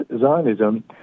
Zionism